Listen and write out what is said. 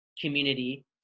community